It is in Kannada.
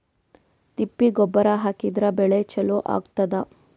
ತಿಪ್ಪಿ ಗೊಬ್ಬರ ಹಾಕಿದ್ರ ಬೆಳಿ ಚಲೋ ಆಗತದ?